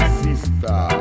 sister